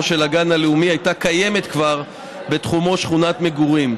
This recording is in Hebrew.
של הגן הלאומי כבר הייתה קיימת בתחומו שכונת מגורים,